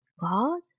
God